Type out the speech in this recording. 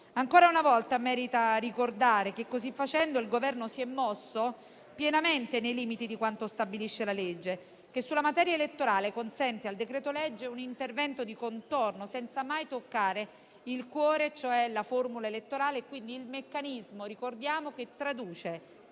Ancora una volta merita ricordare che così facendo il Governo si è mosso pienamente nei limiti di quanto stabilisce la legge, che sulla materia elettorale consente al decreto-legge un intervento di contorno senza mai toccare il cuore, cioè la formula elettorale e, quindi, il meccanismo che traduce